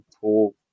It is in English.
pull